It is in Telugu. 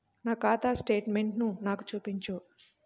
నా ఖాతా స్టేట్మెంట్ను నాకు చూపించు